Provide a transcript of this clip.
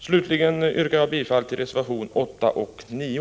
Slutligen yrkar jag bifall till reservationerna 8 och 9.